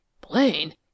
Blaine